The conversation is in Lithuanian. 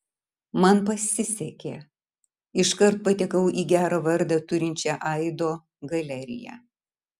man pasisekė iškart patekau į gerą vardą turinčią aido galeriją